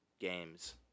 games